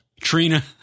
Trina